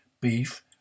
beef